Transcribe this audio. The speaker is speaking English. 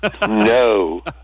no